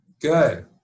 Good